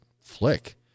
flick